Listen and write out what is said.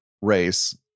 race